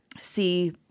See